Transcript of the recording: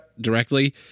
directly